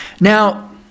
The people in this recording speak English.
Now